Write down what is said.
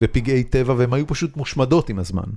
בפגיעי טבע והן היו פשוט מושמדות עם הזמן